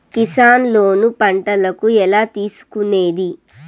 Kisan loan పంటలకు ఎలా తీసుకొనేది?